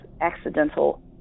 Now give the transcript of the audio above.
accidental